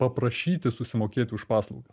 paprašyti susimokėti už paslaugą